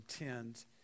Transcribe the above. intends